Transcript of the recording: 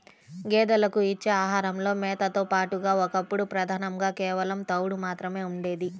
గేదెలకు ఇచ్చే ఆహారంలో మేతతో పాటుగా ఒకప్పుడు ప్రధానంగా కేవలం తవుడు మాత్రమే ఉండేది